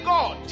God